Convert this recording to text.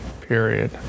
period